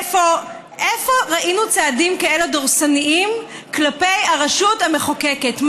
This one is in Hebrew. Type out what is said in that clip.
איפה ראינו צעדים כאלה דורסניים כלפי הרשות המחוקקת?